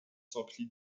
s’emplit